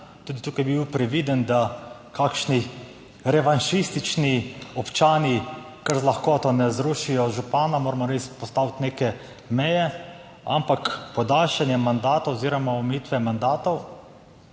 Tudi tukaj bi bil previden, da kakšni revanšistični občani kar z lahkoto ne zrušijo župana, moramo res postaviti neke meje. Ampak podaljšanje mandata oziroma omejitve mandatov,